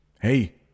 Hey